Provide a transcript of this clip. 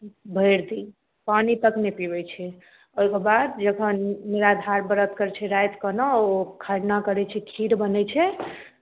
भरि दिन पानि तक नहि पीबै छै ओहिके बाद जखन निराधार व्रत करै छै रातिकेँ ने ओ खरना करै छै खीर बनै छै